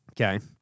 okay